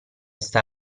sta